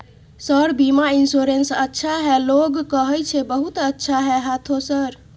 Sir बीमा insurance अच्छा है लोग कहै छै बहुत अच्छा है हाँथो सर?